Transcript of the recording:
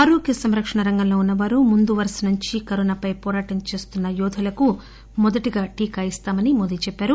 ఆరోగ్య సంరక్షణ రంగంలో ఉన్సవారు ముందు వరస నుంచి కరోనాపై పోరాటం చేస్తున్న యోధులకు మొదటిగా ఇస్తామని ఆయన చెప్పారు